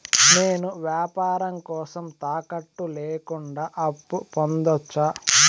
నేను వ్యాపారం కోసం తాకట్టు లేకుండా అప్పు పొందొచ్చా?